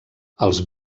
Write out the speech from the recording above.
els